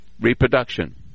Reproduction